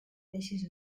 deixis